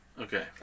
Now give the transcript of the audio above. Okay